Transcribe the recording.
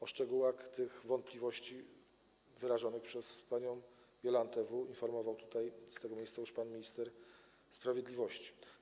O szczegółach tych wątpliwości wyrażonych przez panią Jolantę W. informował już tutaj, z tego miejsca, pan minister sprawiedliwości.